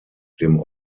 dem